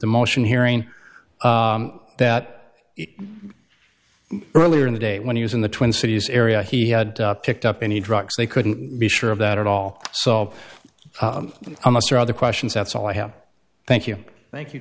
the motion hearing that earlier in the day when he was in the twin cities area he had picked up any drugs they couldn't be sure of that at all so almost your other questions that's all i have thank you thank you